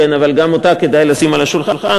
אבל גם אותה כדאי לשים על השולחן,